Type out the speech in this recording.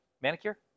manicure